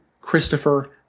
Christopher